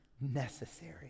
necessary